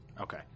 Okay